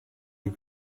you